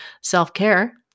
self-care